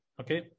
Okay